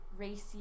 Racy